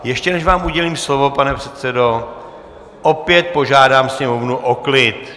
Ještě než vám udělím slovo, pane předsedo, opět požádám sněmovnu o klid!